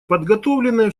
подготовленное